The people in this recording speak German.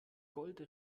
gold